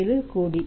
47 கோடி